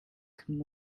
could